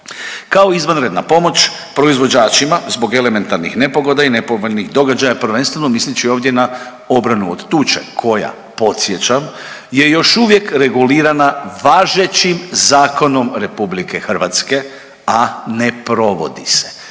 kao izvanredna pomoć proizvođačima zbog elementarnih nepogoda i nepovoljnih događaja prvenstveno misleći ovdje na obranu od tuče koja podsjećam je još uvijek regulirana važećim zakonom RH, a ne provod se.